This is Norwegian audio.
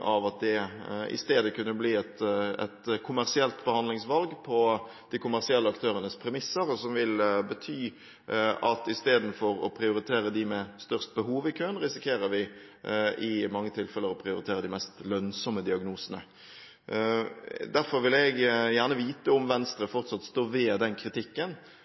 av at det i stedet kunne bli et kommersielt behandlingsvalg på de kommersielle aktørenes premisser, som vil bety at istedenfor å prioritere dem med størst behov i køen risikerer vi i mange tilfeller å prioritere de mest lønnsomme diagnosene. Derfor vil jeg gjerne vite om Venstre fortsatt står ved den kritikken,